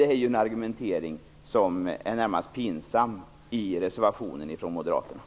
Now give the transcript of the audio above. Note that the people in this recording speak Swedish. Det är en argumentering i Moderaternas reservation som är i det närmaste pinsam.